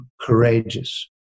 courageous